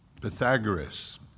Pythagoras